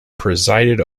presided